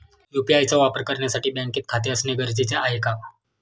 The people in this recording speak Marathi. यु.पी.आय चा वापर करण्यासाठी बँकेत खाते असणे गरजेचे आहे का?